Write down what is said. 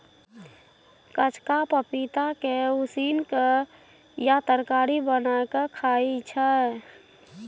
कचका पपीता के उसिन केँ या तरकारी बना केँ खाइ छै